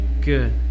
Good